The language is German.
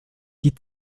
die